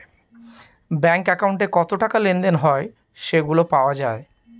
bank একাউন্টে কত টাকা লেনদেন হয় সেগুলা পাওয়া যায়